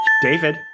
David